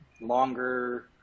longer